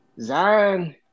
Zion –